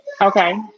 Okay